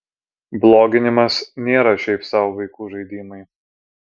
bloginimas nėra šiaip sau vaikų žaidimai